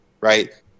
right